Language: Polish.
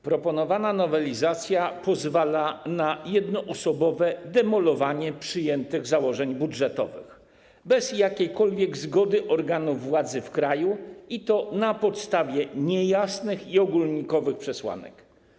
Proponowana nowelizacja pozwala na jednoosobowe demolowanie przyjętych założeń budżetowych bez jakiejkolwiek zgody organów władzy w kraju, i to na podstawie niejasnych i ogólnikowych przesłanek.